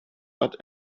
but